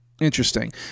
Interesting